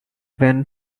went